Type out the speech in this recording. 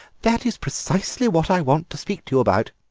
that is precisely what i want to speak to you about.